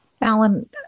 Alan